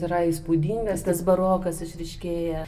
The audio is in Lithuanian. yra įspūdingas tas barokas išryškėja